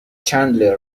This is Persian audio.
چندلر